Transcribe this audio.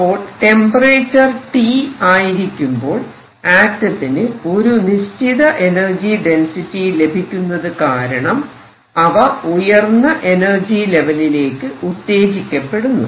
അപ്പോൾ temperature T ആയിരിക്കുമ്പോൾ ആറ്റത്തിന് ഒരു നിശ്ചിത എനർജി ഡെൻസിറ്റി ലഭിക്കുന്നത് കാരണം അവ ഉയർന്ന എനർജി ലെവലിലേക്ക് ഉത്തേജിക്കപ്പെടുന്നു